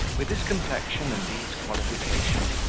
with this complexion and these qualifications,